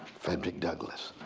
frederick douglass,